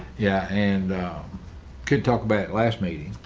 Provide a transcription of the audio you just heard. yeah. and could talk about last meeting.